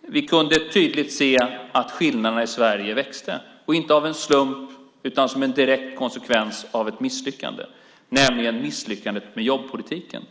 Vi kunde tydligt se att skillnaderna i Sverige växte, inte av en slump utan som en direkt konsekvens av ett misslyckande - nämligen misslyckandet med jobbpolitiken.